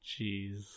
Jeez